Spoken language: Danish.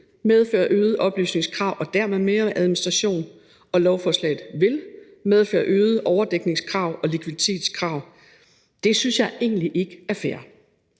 medføre et øget oplysningskrav og dermed mere administration og lovforslaget vil medføre et øget overdækningskrav og likviditetskrav. Det synes jeg egentlig ikke er fair.